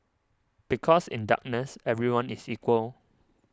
because in darkness everyone is equal